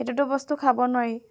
এইটোতো বস্তু খাব নোৱাৰি